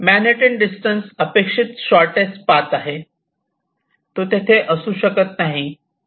Manhattan distance अपेक्षित shortest पाथआहे तो तेथे असू शकत नाही